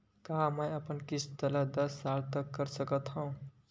का मैं अपन किस्त ला दस साल तक कर सकत हव?